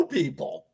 people